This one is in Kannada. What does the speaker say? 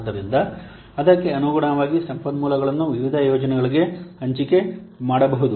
ಆದ್ದರಿಂದ ಅದಕ್ಕೆ ಅನುಗುಣವಾಗಿ ಸಂಪನ್ಮೂಲಗಳನ್ನು ವಿವಿಧ ಯೋಜನೆಗಳಿಗೆ ಹಂಚಿಕೆ ಮಾಡಬಹುದು